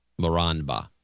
Moranba